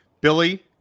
Billy